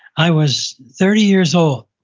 i was thirty years old.